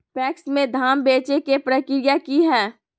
PACS में धाम बेचे के प्रक्रिया की हय?